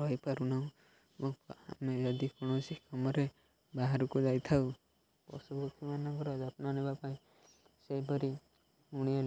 ରହିପାରୁନାହୁଁ ଆମେ ଯଦି କୌଣସି କାମରେ ବାହାରକୁ ଯାଇଥାଉ ପଶୁ ପକ୍ଷୀମାନଙ୍କର ଯତ୍ନ ନେବା ପାଇଁ ସେହିପରି ପୁଣି